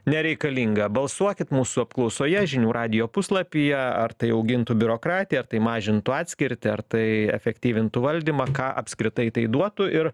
nereikalinga balsuokit mūsų apklausoje žinių radijo puslapyje ar tai augintų biurokratiją ar tai mažintų atskirtį ar tai efektyvintų valdymą ką apskritai tai duotų ir